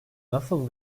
nasıl